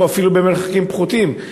או אפילו מרחקים קטנים יותר.